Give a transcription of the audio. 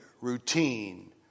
routine